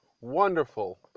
wonderful